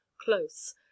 close